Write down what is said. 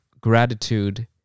gratitude